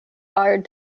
hired